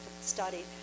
study